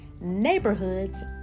neighborhoods